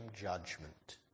judgment